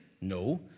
No